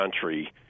country